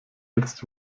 jetzt